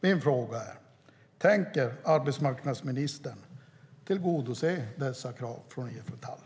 Min fråga är: Tänker arbetsmarknadsministern tillgodose dessa krav från IF Metall?